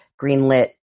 greenlit